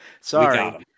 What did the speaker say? sorry